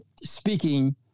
speaking